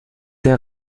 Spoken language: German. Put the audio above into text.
der